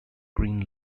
green